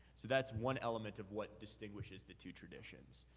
so that's one element of what distinguishes the two traditions.